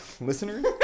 Listeners